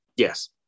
Yes